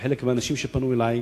לדעת מחלק מהאנשים שפנו אלי,